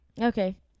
Okay